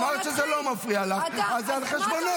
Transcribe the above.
אמרת שזה לא מפריע לך, אז זה על חשבונך.